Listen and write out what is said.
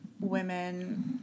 women